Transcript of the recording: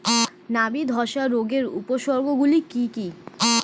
নাবি ধসা রোগের উপসর্গগুলি কি কি?